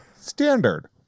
standard